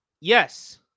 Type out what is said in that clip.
Yes